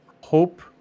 hope